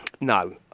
No